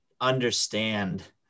understand